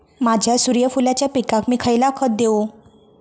माझ्या सूर्यफुलाच्या पिकाक मी खयला खत देवू?